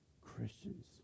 Christians